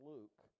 Luke